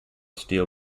steel